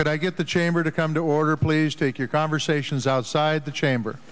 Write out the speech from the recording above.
could i get the chamber to come to order please take your conversations outside the chamber